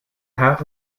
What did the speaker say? half